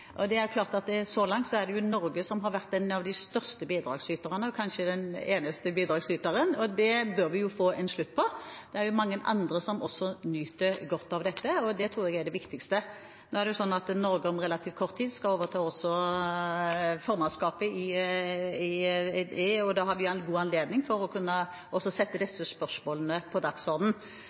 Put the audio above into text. Så langt er det Norge som har vært en av de største bidragsyterne, og kanskje den eneste bidragsyteren. Det bør vi jo få en slutt på. Det er mange andre som også nyter godt av dette, og det tror jeg er det viktigste. Nå er det sånn at Norge om relativt kort tid skal overta formannskapet i Nordisk råd, og da har vi en god anledning til å kunne sette også disse spørsmålene på